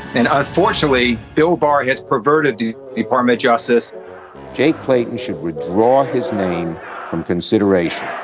and unfortunately, bill barr has perverted the department. justice jay clayton should withdraw his name from consideration